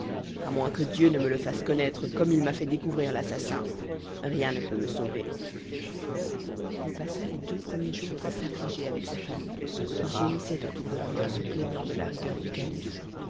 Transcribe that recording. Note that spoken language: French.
à moins que dieu ne me le fasse connaître comme il m'a déjà fait découvrir l'assassin rien ne peut me sauver il passa les deux premiers jours à s'affliger avec sa famille qui gémissait autour de lui en se plaignant de la rigueur du calife